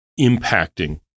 impacting